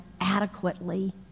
adequately